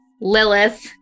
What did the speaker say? Lilith